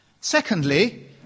Secondly